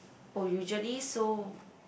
oh usually so